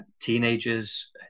teenagers